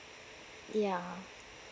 yeah